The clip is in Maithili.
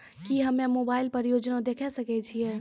की हम्मे मोबाइल पर योजना देखय सकय छियै?